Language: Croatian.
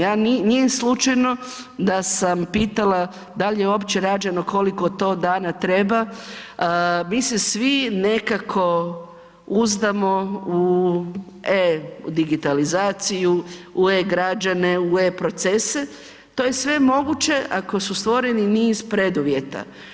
Ja, nije slučajno da sam pitala da li je uopće rađeno, koliko to dana treba, mi se svi nekako uzdamo u e-digitalizaciju, u e-građane, u e-procese, to je sve moguće ako su stvoreni niz preduvjeta.